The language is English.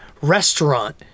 restaurant